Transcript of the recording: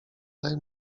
daj